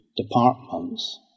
departments